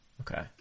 Okay